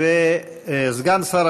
סגן שר